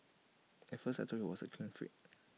at first I thought he was A clean freak